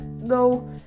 no